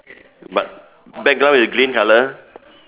but background is green colour